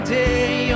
day